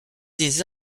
des